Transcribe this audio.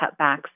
cutbacks